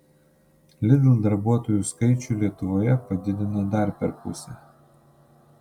lidl darbuotojų skaičių lietuvoje padidino dar per pusę